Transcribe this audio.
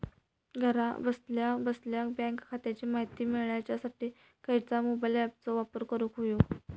घरा बसल्या बसल्या बँक खात्याची माहिती मिळाच्यासाठी खायच्या मोबाईल ॲपाचो वापर करूक होयो?